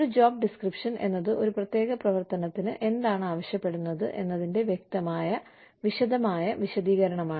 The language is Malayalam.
ഒരു ജോബ് ഡിസ്ക്രിപ്ഷൻ എന്നത് ഒരു പ്രത്യേക പ്രവർത്തനത്തിന് എന്താണ് ആവശ്യപ്പെടുന്നത് എന്നതിന്റെ വ്യക്തമായ വിശദമായ വിശദീകരണമാണ്